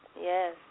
Yes